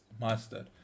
master